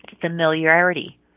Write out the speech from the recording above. familiarity